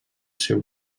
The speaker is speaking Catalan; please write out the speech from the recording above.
seu